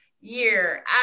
year